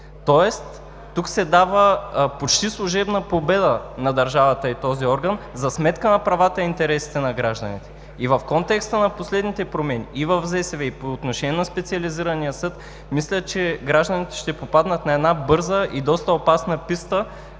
Тоест тук се дава почти служебна победа на държавата и този орган за сметка на правата и интересите на гражданите. И в контекста на последните промени и в ЗСВ, и по отношение на специализирания съд, мисля, че гражданите ще попаднат на една бърза и доста опасна писта,